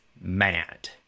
mad